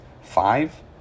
five